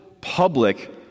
public